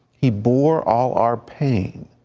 he bore all our pain,